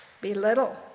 belittle